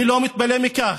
אני לא מתפלא על כך,